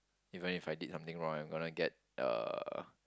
even if I did something wrong I'm gonna get uh